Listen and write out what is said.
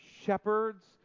shepherds